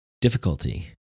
difficulty